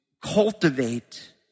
cultivate